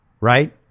right